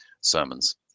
sermons